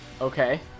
Okay